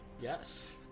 Yes